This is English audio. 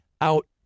out